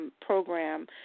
program